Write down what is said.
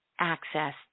access